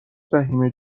فهیمه